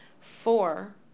four